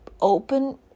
open